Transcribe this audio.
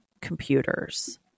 computers